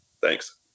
Thanks